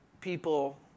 people